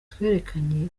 twerekanye